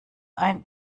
ein